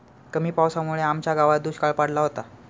कमी पावसामुळे आमच्या गावात दुष्काळ पडला होता